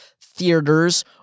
theaters